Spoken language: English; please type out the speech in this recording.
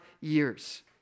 years